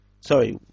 Sorry